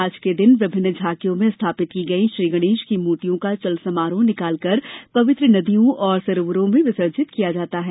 आज के दिन विभिन्न झांकियों में स्थापित की गई थी गणेश की मूर्तियों का चल समारोह निकाल कर पवित्र नदियों और सरोवरों में विसर्जित किया जाता है